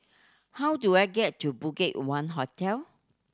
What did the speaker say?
how do I get to BudgetOne Hotel